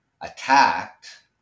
attacked